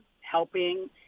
helping